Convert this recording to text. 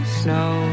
snow